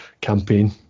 campaign